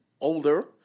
older